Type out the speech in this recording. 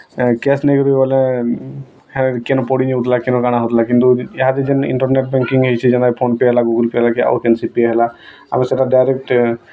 cash ନେଇକରି ଗଲେ ହେ କେନୁ ପଡ଼ିଯାଉଥିଲା କେନ କାଣା ହେଇଉଥିଲା କିନ୍ତୁ ଇହାଦେ ଯେନ୍ ଇଣ୍ଟର୍ନେଟ୍ ବେଙ୍କ୍କିଙ୍ଗ୍ ହେଇଛେ ଫୋନ୍ପେ' ହେଲା ଗୁଗୁଲ୍ ପେ' ଆଉ କେନ୍ସି ପେ' ହେଲା କି ଆମେ ସେଟା ଡାଇରେକ୍ଟ୍